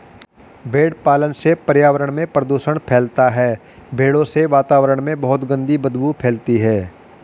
भेड़ पालन से पर्यावरण में प्रदूषण फैलता है भेड़ों से वातावरण में बहुत गंदी बदबू फैलती है